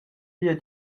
pia